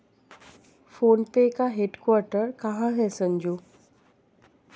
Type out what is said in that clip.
Phone पे का headquarter कहां है संजू?